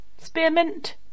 Spearmint